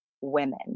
women